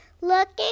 looking